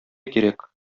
кирәк